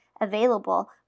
available